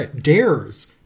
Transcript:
dares